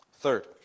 Third